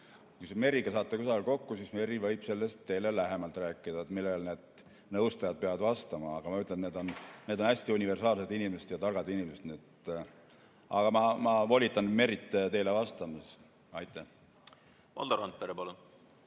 Kui Merryga saate kusagil kokku, siis Merry võib sellest teile lähemalt rääkida, millele need nõustajad peavad vastama. Aga ma ütlen, et need on hästi universaalsed inimesed ja targad inimesed. Aga ma volitan Merryt teile vastama. Aitäh! Need on päris